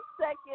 second